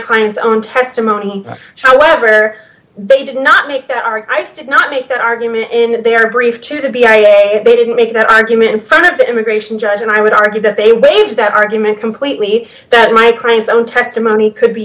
client's own testimony however they did not make that our eyes did not make that argument in their brief to the be a they didn't make that argument in front of the immigration judge and i would argue that they waived that argument completely that my clients own testimony could be